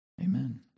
Amen